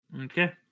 Okay